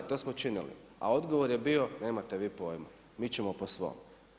To smo činili, a odgovor je bio nemate vi pojma, mi ćemo po svom.